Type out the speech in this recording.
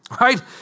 right